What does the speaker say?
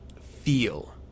feel